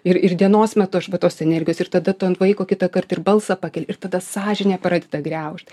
ir ir dienos metu aš va tos energijos ir tada tu ant vaiko kitąkart ir balsą pakeli ir tada sąžinė pradeda griaužt